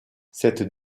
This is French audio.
cette